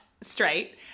straight